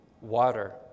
water